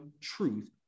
truth